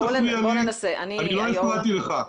אני לא הפרעתי לך.